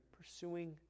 pursuing